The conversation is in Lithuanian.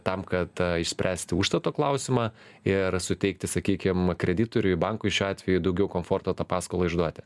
tam kad išspręsti užstato klausimą ir suteikti sakykim kreditoriui bankui šiuo atveju daugiau komforto tą paskolą išduoti